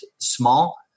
small